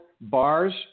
bars